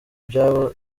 byabo